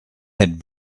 had